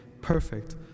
perfect